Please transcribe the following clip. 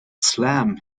slam